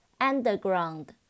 Underground